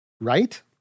right